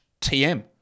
tm